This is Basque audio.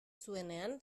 zuenean